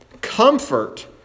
comfort